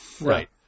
Right